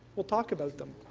we'll talk about them.